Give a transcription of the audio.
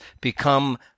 become